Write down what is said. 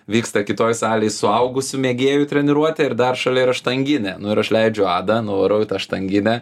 vyksta kitoj salėj suaugusių mėgėjų treniruotė ir dar šalia yra štanginė nu ir aš leidžiu adą nuvarau į tą štanginę